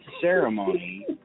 ceremony